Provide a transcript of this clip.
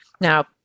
Now